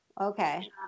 Okay